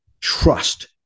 trust